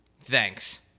Thanks